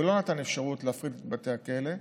ולא נתן אפשרות להפריט את בתי הכלא.